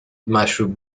مشروب